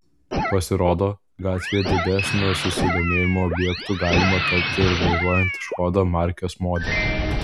pasirodo gatvėje didesnio susidomėjimo objektu galima tapti ir vairuojant škoda markės modelį